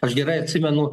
aš gerai atsimenu